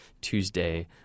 Tuesday